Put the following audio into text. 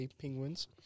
penguins